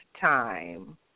time